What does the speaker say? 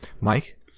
Mike